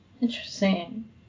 Interesting